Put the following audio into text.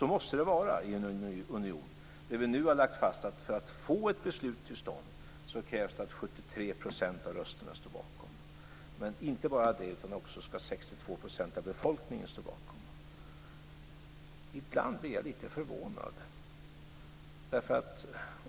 Så måste det vara i en union. Vi har nu lagt fast att för att få ett beslut till stånd krävs det att 73 % av rösterna står bakom men också att 62 % av befolkningen ska stå bakom. Ibland blir jag lite förvånad.